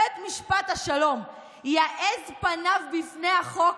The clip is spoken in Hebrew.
בית משפט השלום "יעז פניו בפני החוק,